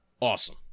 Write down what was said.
awesome